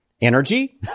energy